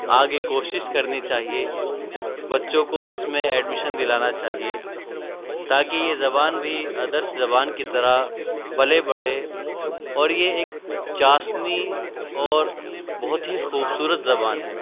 آگے کوشش کرنی چاہیے بچوں کو اس میں ایڈمیشن دلانا چاہیے تاکہ یہ زبان بھی ادرس زبان کی طرح پلے بڑھے اور یہ ایک چاشنی اور بہت ہی خوبصورت زبان ہے